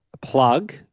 plug